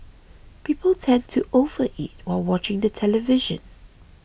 people tend to overeat while watching the television